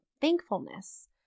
thankfulness